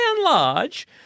large